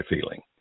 feeling